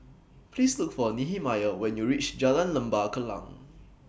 Please Look For Nehemiah when YOU REACH Jalan Lembah Kallang